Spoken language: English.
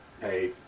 Hey